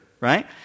right